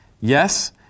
Yes